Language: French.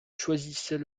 choisissait